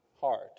heart